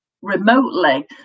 Remotely